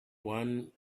one